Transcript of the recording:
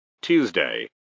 Tuesday